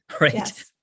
right